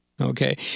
Okay